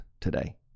today